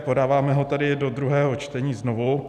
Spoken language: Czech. Podáváme ho tedy do druhého čtení znovu.